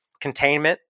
containment